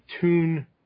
tune